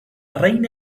reina